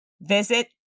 Visit